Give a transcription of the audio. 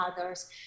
others